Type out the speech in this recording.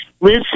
Liz